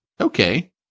okay